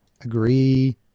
agree